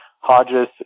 Hodges